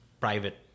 private